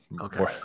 Okay